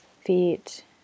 feet